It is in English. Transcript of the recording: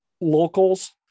locals